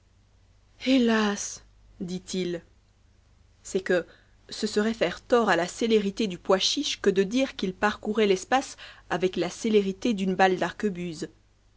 hélas dit-il c'est que ce serait faire tort a la célérité du pois chiche que de dire qu'il parcourait lespace avec la célérité d'une balle